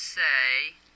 say